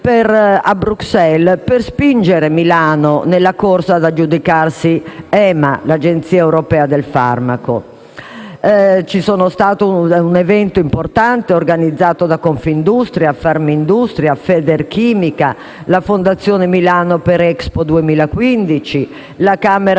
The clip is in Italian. a Bruxelles per spingere Milano nella corsa ad aggiudicarsi EMA, l'Agenzia europea del farmaco. C'è stato un importante evento, organizzato da Confindustria, Farmindustria, Federchimica, la Fondazione Milano per Expo 2015, la Camera